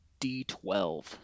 d12